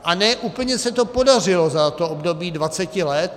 A ne úplně se to podařilo za to období dvaceti let.